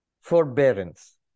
forbearance